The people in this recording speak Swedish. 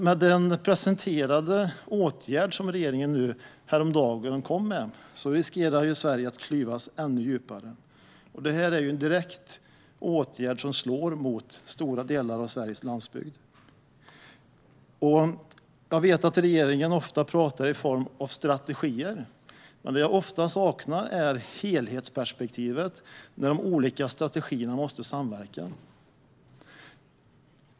Med den åtgärd som regeringen presenterade häromdagen riskerar Sverige att klyvas ännu djupare. Det är en åtgärd som slår direkt mot stora delar av Sveriges landsbygd. Regeringen pratar ofta om strategier. Men jag saknar ofta helhetsperspektivet, där de olika strategierna måste samverka.